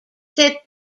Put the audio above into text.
said